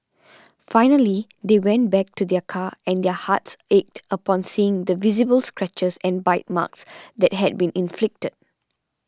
finally they went back to their car and their hearts ached upon seeing the visible scratches and bite marks that had been inflicted